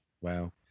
Wow